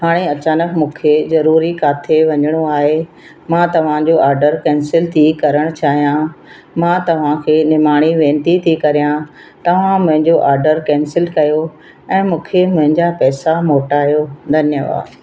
हाणे अचानक मूंखे ज़रूरी किथे वञिणो आहे मां तव्हांजो ऑडर केंसिल थी करणु चाहियां मां तव्हांखे निमाणी वेनिती थी कयां तव्हां मुंहिजो ऑडर केंसिल कयो ऐं मूंखे मुंहिंजा पैसा मोटायो धन्यवाद